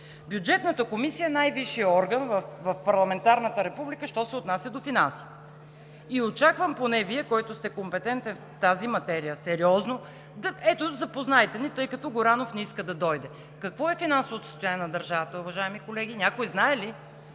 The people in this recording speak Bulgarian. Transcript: Бюджетната комисия е най-висшият орган в парламентарната република що се отнася до финансите и очаквам поне Вие, който сте компетентен в тази материя, сериозно – ето, запознайте ни, тъй като Горанов не иска да дойде. Какво е финансовото състояние на държавата, уважаеми колеги, някой знае ли?